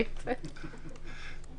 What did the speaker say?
מגיעים ביום שהכנסת כמעט לא עובדת, ביום שלישי.